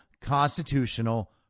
constitutional